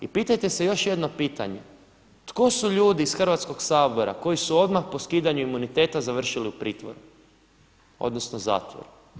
I pitajte se još jedno pitanje, tko su ljudi iz Hrvatskog sabora koji su odmah po skidanju imuniteta završili u pritvoru odnosno u zatvoru?